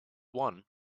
one